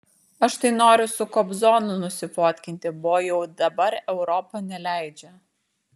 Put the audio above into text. aš tai noriu su kobzonu nusifotkinti bo jau dabar europa neleidžia